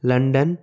London